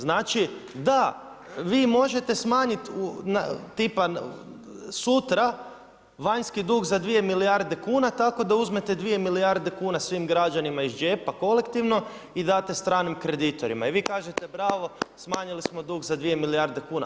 Znači da, vi možete smanjiti tipa sutra vanjski dug za 2 milijarde kuna tako da uzmete 2 milijarde kuna svim građanima iz džepa kolektivno i date stranim kreditorima i vi kažete bravo, smanjili smo dug za 2 milijarde kuna.